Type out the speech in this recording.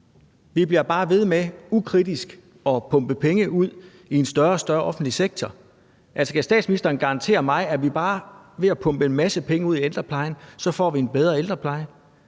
Vi bliver bare ved med ukritisk at pumpe penge ud i en større og større offentlig sektor. Altså, kan statsministeren garantere mig, at vi bare ved at pumpe en masse penge ud i ældreplejen får en bedre ældrepleje?